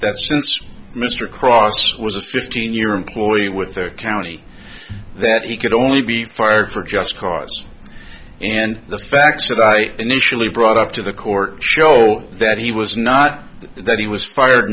that since mr krause was a stray fifteen year employee with their county that he could only be fired for just cause and the facts that i initially brought up to the court show that he was not that he was fired